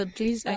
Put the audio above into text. please